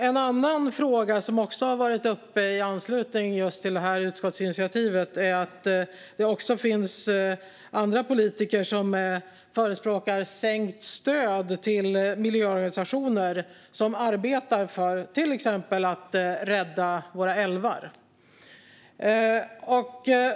En annan fråga som också har tagits upp i anslutning till utskottsinitiativet är att det finns andra politiker som förespråkar sänkt stöd till miljöorganisationer som arbetar för att till exempel rädda våra älvar.